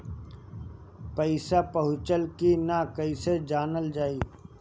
पैसा पहुचल की न कैसे जानल जाइ?